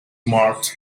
marked